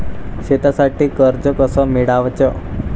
शेतीसाठी कर्ज कस मिळवाच?